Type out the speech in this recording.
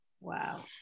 Wow